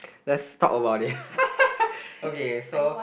let's talk about it okay so